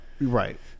right